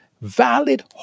valid